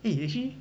eh actually